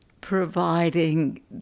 providing